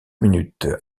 minutes